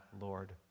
Lord